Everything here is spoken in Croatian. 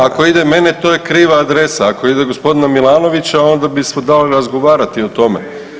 Ako ide mene to je kriva adresa, ako ide g. Milanovića onda bi se dalo razgovarati o tome.